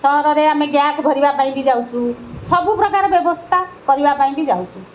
ସହରରେ ଆମେ ଗ୍ୟାସ୍ ଭରିବା ପାଇଁ ବି ଯାଉଛୁ ସବୁପ୍ରକାର ବ୍ୟବସ୍ଥା କରିବା ପାଇଁ ବି ଯାଉଛୁ